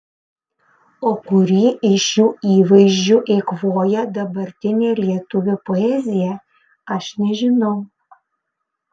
o kurį iš šių įvaizdžių eikvoja dabartinė lietuvių poezija aš nežinau